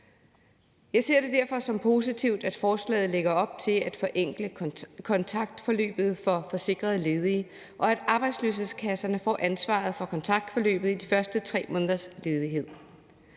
Jeg ser det derfor som positivt, at forslaget lægger op til at forenkle kontaktforløbet for forsikrede ledige, og at arbejdsløshedskasserne får ansvaret for kontaktforløbet i de første 3 måneders ledighed.